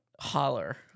holler